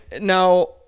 now